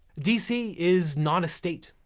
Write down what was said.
dc is not a state,